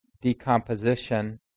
decomposition